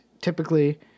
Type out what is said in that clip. typically